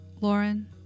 Lauren